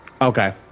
Okay